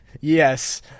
Yes